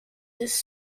his